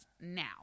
now